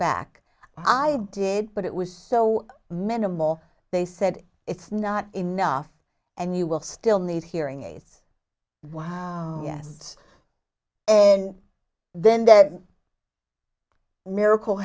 back i did but it was so minimal they said it's not enough and you will still need hearing aids why yes and then the miracle